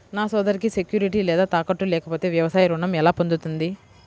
నా సోదరికి సెక్యూరిటీ లేదా తాకట్టు లేకపోతే వ్యవసాయ రుణం ఎలా పొందుతుంది?